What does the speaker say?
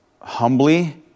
humbly